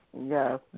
Yes